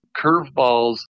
curveballs